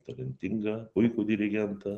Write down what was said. talentingą puikų dirigentą